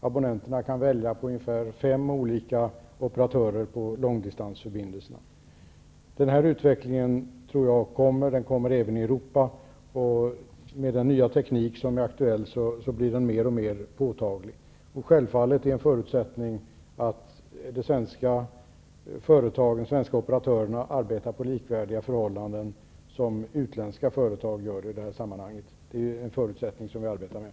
Abonnenterna kan nu välja på ungefär fem olika operatörer på långdistansförbindelser. Denna utveckling kommer även i Europa, och med den nya aktuella tekniken blir den mer och mer påtaglig. Självfallet är en förutsättning att de svenska operatörerna arbetar under samma förhållanden som utländska företag gör i detta sammanhang. Det är den förutsättning som vi arbetar med.